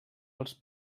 als